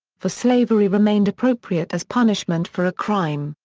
for slavery remained appropriate as punishment for a crime.